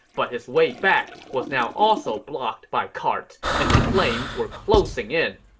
but his way back was now also blocked by carts, and the flames were closing in.